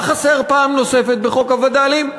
מה חסר פעם נוספת בחוק הווד"לים?